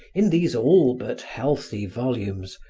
in these all but healthy volumes,